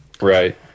Right